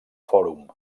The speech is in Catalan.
fòrum